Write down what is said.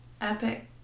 epic